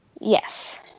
Yes